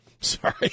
Sorry